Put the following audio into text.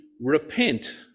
repent